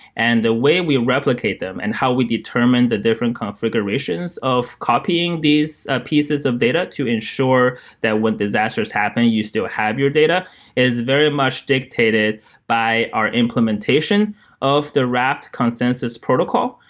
and the way we replicate them and how we determine the different configurations of copying these ah pieces of data to ensure that when disasters happen you you still have your data is very much dictated by our implantation of the raft consensus protocol.